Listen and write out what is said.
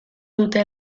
dute